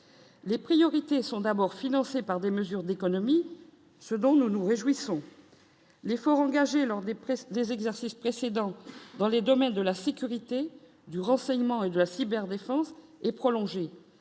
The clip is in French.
Les priorités sont d'abord financés par des mesures d'économie, ce dont nous nous réjouissons. L'effort engagé lors des presque des exercices précédents dans les domaines de la sécurité du renseignement et de la cyberdéfense et prolongée,